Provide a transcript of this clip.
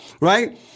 right